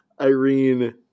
Irene